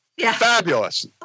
Fabulous